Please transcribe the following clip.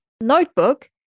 notebook